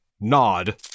nod